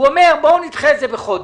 הוא אומר, בואו נדחה את זה בחודש,